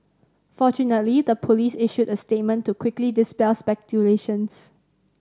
fortunately the police issued a statement to quickly dispel speculations